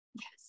Yes